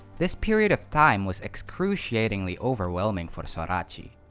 this period of time was excruciatingly overwhelming for sorachi.